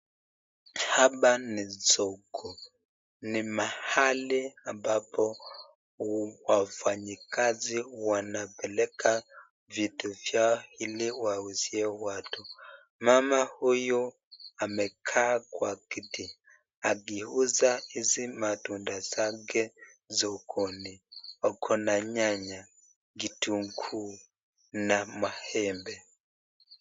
Hapa ni soko ,ni mahali ambapo wafanyikazi wanapeleka vitu ili wauzie watu, mama huyu amekaa kwa kiti akiuza matunda zake sokoni, ako na nyanya, kitunguu na maembe.